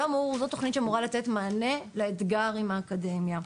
זו תוכנית שאמורה לתת מענה לאתגר עם האקדמיה.